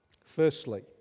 Firstly